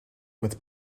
with